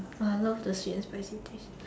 !wah! I love the sweet and spicy taste